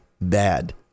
bad